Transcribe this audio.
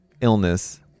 illness